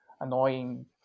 annoying